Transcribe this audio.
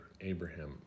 Abraham